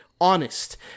honest